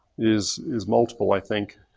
is is multiple, i think.